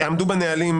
בנהלים,